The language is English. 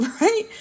right